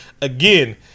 Again